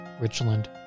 Richland